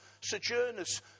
sojourners